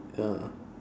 ya